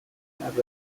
around